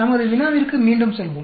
நமது வினாவிற்கு மீண்டும் செல்வோம்